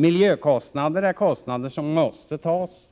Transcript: Miljökostnader är kostnader som måste tas,